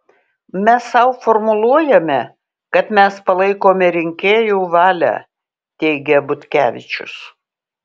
mes sau formuluojame kad mes palaikome rinkėjų valią teigė butkevičius